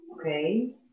okay